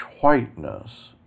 whiteness